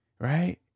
right